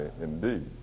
indeed